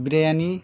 biryani